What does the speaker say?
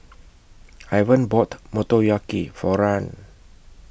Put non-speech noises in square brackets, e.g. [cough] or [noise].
[noise] Ivan bought Motoyaki For Rahn